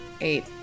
Eight